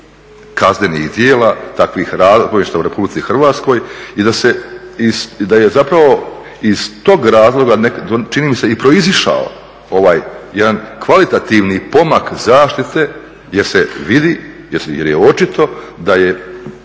kaznenih djela, takvih razbojništava u Republici Hrvatskoj i da je zapravo iz toga razloga čini mi se i proizišao ovaj jedan kvalitativni pomak zaštite. Jer se vidi, jer je očito da je